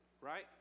Right